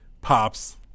pops